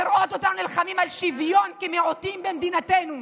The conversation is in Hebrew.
לראות אותנו נלחמים על שוויון כמיעוטים במדינתנו.